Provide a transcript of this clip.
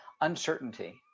uncertainty